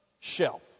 shelf